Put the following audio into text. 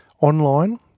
online